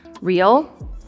real